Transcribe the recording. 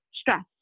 stress